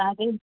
तव्हांखे